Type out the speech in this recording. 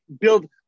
build